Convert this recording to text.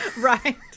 Right